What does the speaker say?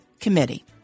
Committee